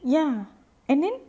ya and then